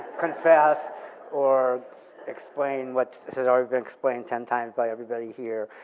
confess or explain what's already been explained ten times by everybody here.